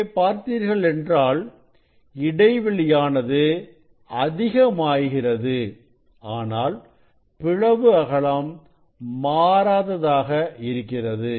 இங்கே பார்த்தீர்கள் என்றால் இடைவெளியானது அதிகமாகிறது ஆனால் பிளவு அகலம் மாறாததாக இருக்கிறது